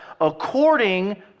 according